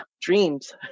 dreams